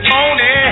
Tony